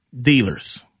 dealers